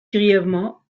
grièvement